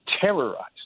terrorized